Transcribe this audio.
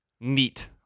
Neat